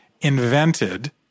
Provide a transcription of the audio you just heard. invented